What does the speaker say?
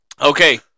Okay